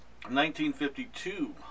1952